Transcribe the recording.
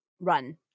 run